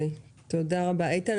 תודה רבה, איתן.